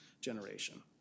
generation